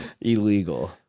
Illegal